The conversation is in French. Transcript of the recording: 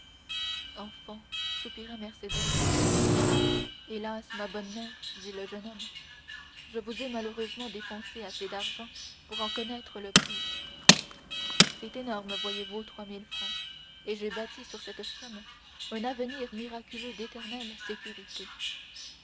enfant soupira mercédès hélas ma bonne mère dit le jeune homme je vous ai malheureusement dépensé assez d'argent pour en connaître le prix c'est énorme voyez-vous trois mille francs et j'ai bâti sur cette somme un avenir miraculeux d'éternelle sécurité